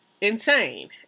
insane